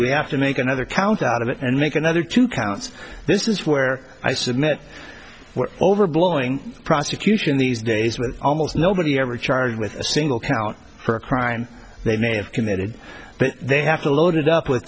we have to make another count out of it and make another two counts this is where i submit overblowing prosecution these days when almost nobody ever charged with a single count for a crime they may have committed but they have to load it up with